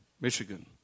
Michigan